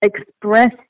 express